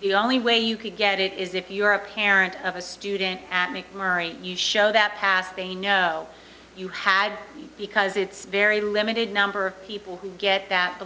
the only way you could get it is if you are a parent of a student at me show that pass they know you had because it's very limited number of people who get that the